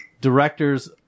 directors